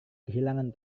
kehilangan